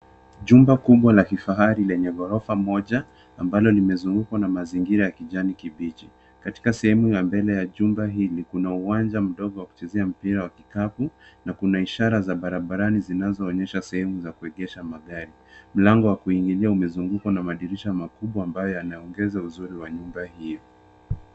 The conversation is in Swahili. Jumba kubwa la kifahari lenye ghorofa moja ambalo limezungukwa na mazingira ya kijani kibichi. Katika sehemu ya mbele ya jumba hili, kuna uwanja mdogo wa kuchezea mpira wa kikapu na kuna ishara za barabarani zinazoonyesha sehemu za kuegesha magari. Mlango wa kuingilia umezungukwa na madirisha makubwa ambayo yanaongeza uzuri wa nyumba hiyo.